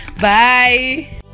Bye